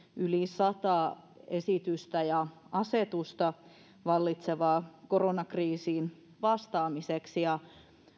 yli sata esitystä ja asetusta vallitsevaan koronakriisiin vastaamiseksi ja